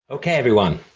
okay, everyone,